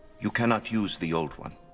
you cannot use the old one.